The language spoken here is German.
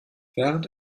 während